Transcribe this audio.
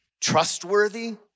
trustworthy